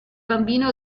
bambino